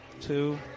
two